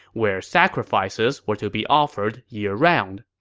where sacrifices were to be offered year-round.